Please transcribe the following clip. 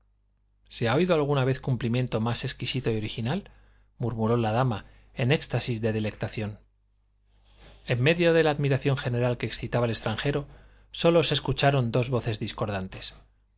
se ha oído alguna vez cumplimiento más exquisito y original murmuró la dama en éxtasis de delectación en medio de la admiración general que excitaba el extranjero sólo se escucharon dos voces discordantes